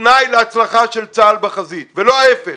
תנאי להצלחה של צה"ל בחזית ולא להפך.